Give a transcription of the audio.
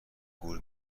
گور